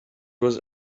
was